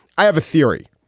i have a theory.